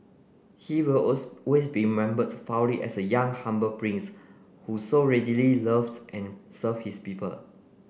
he will always be remembered fondly as a young humble prince who so readily loved and served his people